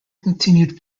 continued